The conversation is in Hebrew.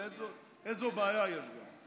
ואיזו בעיה יש גם.